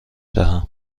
دهم